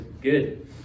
good